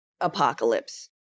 apocalypse